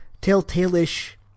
telltale-ish